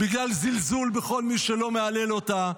בגלל זלזול בכל מי שלא מהלל אותה,